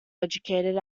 educated